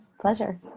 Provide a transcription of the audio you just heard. pleasure